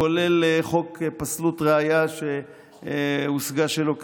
כולל חוק פסלות ראיה שהושגה שלא כדין,